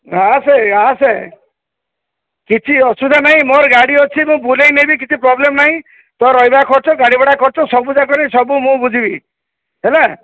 ଆସେ ଆସେ କିଛି ଅସୁବିଧା ନାହିଁ ମୋର ଗାଡ଼ି ଅଛି ମୁଁ ବୁଲେଇ ନେବି କିଛି ପ୍ରୋବ୍ଲେମ୍ ନାହିଁ ତୋ ରହିବା ଖର୍ଚ୍ଚ ଗାଡ଼ି ଭଡ଼ା ଖର୍ଚ୍ଚ ସବୁଯାକ ମୁଁ ବୁଝିବି ହେଲା